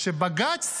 שבג"ץ